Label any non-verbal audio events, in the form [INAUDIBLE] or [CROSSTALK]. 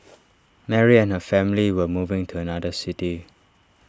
[NOISE] Mary and her family were moving to another city